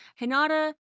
Hinata